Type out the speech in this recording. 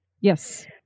Yes